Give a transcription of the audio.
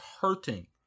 hurting